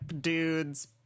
dudes